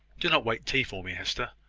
do not wait tea for me, hester.